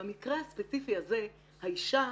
במקרה הספציפי הזה האישה,